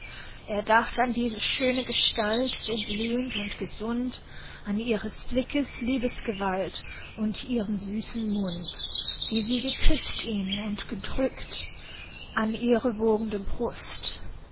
er dacht an ihre schöne gestalt so blühend und gesund an ihres blickes liebesgewalt und ihren süßen mund wie sie geküßt ihn und gedrückt an ihre wogende brust